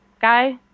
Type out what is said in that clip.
guy